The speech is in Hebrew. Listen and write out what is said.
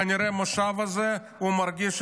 כנראה שהוא מרגיש שהמושב הזה הוא המושב